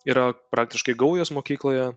yra praktiškai gaujos mokykloje